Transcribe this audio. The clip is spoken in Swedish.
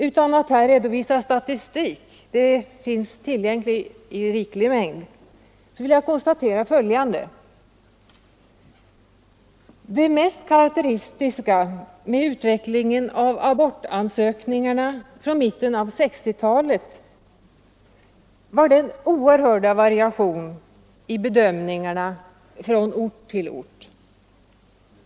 Utan att redovisa statistik — sådan finns tillgänglig i riklig mängd — vill jag konstatera följande. Det mest karakteristiska med utvecklingen av abortansökningarna från mitten av 1960-talet var den stora variationen i bedömningarna från ort till ort.